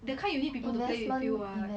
that kind you need people to play with you [what]